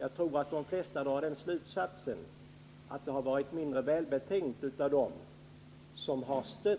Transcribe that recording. Jag tror att de flesta drar den slutsatsen att det var mindre välbetänkt att stödja